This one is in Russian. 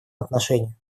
отношении